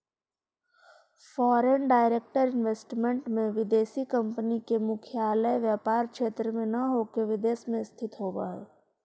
foreign direct investment में विदेशी कंपनी के मुख्यालय व्यापार क्षेत्र में न होके विदेश में स्थित होवऽ हई